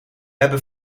hebben